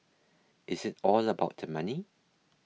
is it all about the money